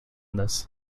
this